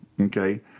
Okay